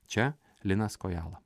čia linas kojala